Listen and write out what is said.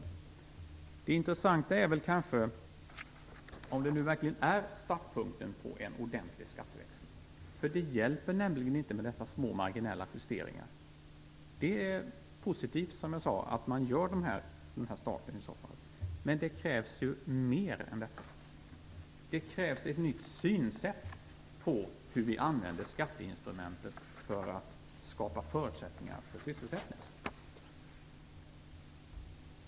Det intressanta är väl om detta verkligen är startpunkten för en ordentlig skatteväxling. Det hjälper nämligen inte med dessa små marginella justeringar. Det är, som jag sade, positivt om den här starten kommer till stånd, men det krävs mer. Det krävs ett nytt sätt att se på hur vi använder skatteinstrumentet för att skapa förutsättningar för sysselsättningen.